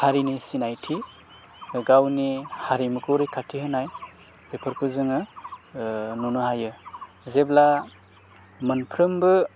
हारिनि सिनायथि गावनि हारिमुखौ रैखाथि होनाय बेफोरखौ जोङो नुनो हायो जेब्ला मोनफ्रोमबो